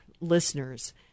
listeners